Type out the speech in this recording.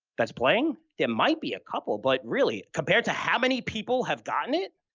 that's playing? there might be a couple, but really compared to how many people have gotten it.